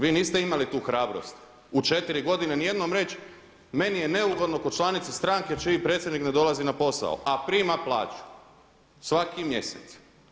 Vi niste imali tu hrabrost u četiri godine nijednom reći meni je neugodno kao članici stranke čiji predsjednik ne dolazi na posao a prima plaću svaki mjesec.